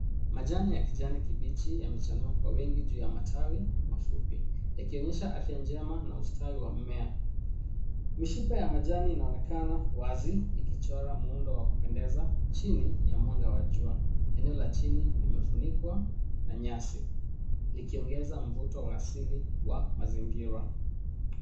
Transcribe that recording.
Majani ya kijani kibichi, yamechanua kwa wingi juu ya matawi mafupi, yakionyesha afya njema na ustawi wa mmea. Mishipa ya majani inaonekana wazi ikichora muundo wa kupendeza, chini ya mwanga wa jua. Eneo la chini limefunikwa na nyasi, likiongeza mvuto wa asili wa mazingira.